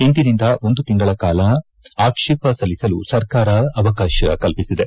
ಇಂದಿನಿಂದ ಒಂದು ತಿಂಗಳ ಕಾಲ ಅಕ್ಷೇಪ ಸಲ್ಲಿಸಲು ಸರ್ಕಾರ ಅವಕಾಶ ಕಲ್ಪಿಸಿದೆ